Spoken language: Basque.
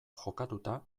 jokatuta